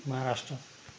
Maharashtra